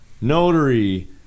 notary